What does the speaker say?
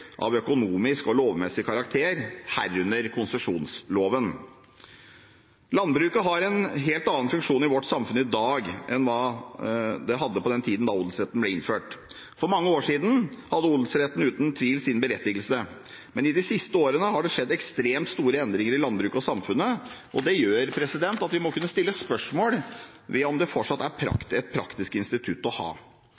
av økonomisk og lovmessig karakter, herunder konsesjonsloven. Landbruket har en helt annen funksjon i vårt samfunn i dag enn hva det hadde på den tiden da odelsretten ble innført. For mange år siden hadde odelsretten uten tvil sin berettigelse, men i de siste årene har det skjedd ekstremt store endringer i landbruket og samfunnet – det gjør at vi må kunne stille spørsmål om det fortsatt er